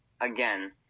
again